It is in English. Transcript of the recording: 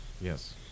Yes